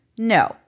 No